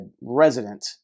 resident